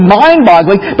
mind-boggling